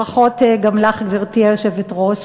ברכות גם לך, גברתי היושבת-ראש.